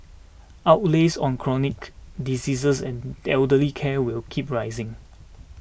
outlays on chronic diseases and elderly care will keep rising